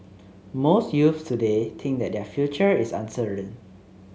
most youths today think that their future is uncertain